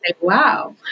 wow